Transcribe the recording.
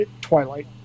Twilight